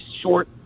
short